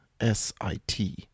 S-I-T